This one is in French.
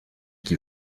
qui